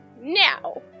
Now